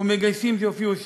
והמגייסים שהופיעו שם.